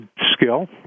skill